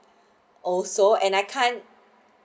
also and I can't